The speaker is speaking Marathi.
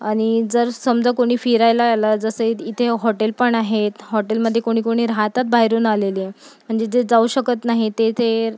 आणि जर समजा कोणी फिरायला आलं जसे इथे हॉटेल पण आहेत हॉटेलमध्ये कोणी कोणी राहतात बाहेरून आलेले म्हणजे जे जाऊ शकत नाही ते येथे